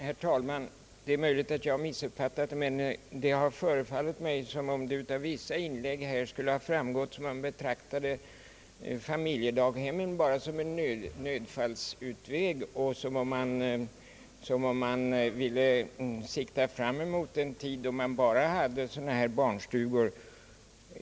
Herr talman! Det är möjligt att jag missuppfattat saken, men vissa inlägg här i debatten tyder på att man skulle betrakta familjedaghemmen bara som en nödfallsutväg, att man ville sikta fram mot en tid då det bara skulle finnas barnstugor.